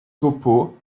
topeau